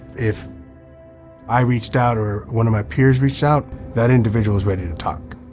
if i reached out or one of my peers reached out, that individual is ready to talk,